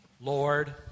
Lord